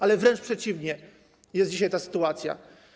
Ale wręcz przeciwnie wygląda dzisiaj ta sytuacja.